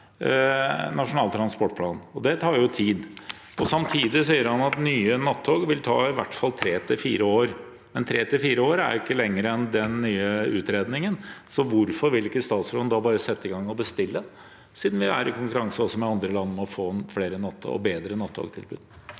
nasjonale transportplan. Det tar jo tid. Samtidig sier han at nye nattog vil ta i hvert fall tre–fire år, men tre–fire år er ikke lenger enn den nye utredningen. Hvorfor vil ikke statsråden da bare sette i gang med å bestille, siden vi er i konkurranse med andre land om å få flere og bedre nattog?